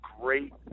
great